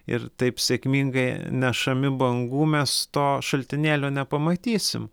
ir taip sėkmingai nešami bangų mes to šaltinėlio nepamatysim